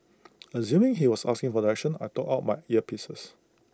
assuming he was asking for directions I took out my earpieces